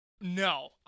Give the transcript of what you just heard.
No